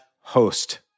host